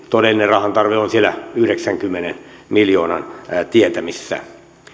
todellinen rahan tarve on siellä yhdeksänkymmenen miljoonan tietämissä